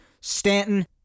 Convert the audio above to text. Stanton